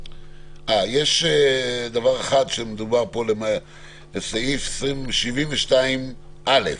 יש דבר אחד בסעיף 72(א):